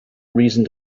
reason